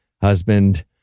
husband